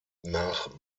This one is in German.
nach